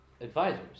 advisors